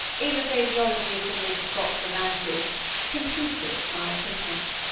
in the phraseology of sir walter scott's romances completed my equipment.